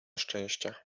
szczęścia